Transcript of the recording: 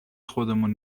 خودمون